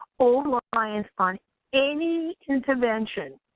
overreliance on any intervention